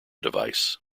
device